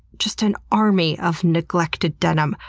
just an army of neglected denim,